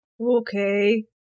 Okay